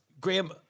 Graham